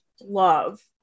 love